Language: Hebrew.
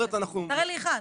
תראה לי אחד.